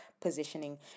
positioning